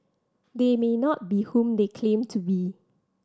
they may not be whom they claim to be